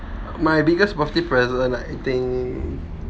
my biggest positive present ah I think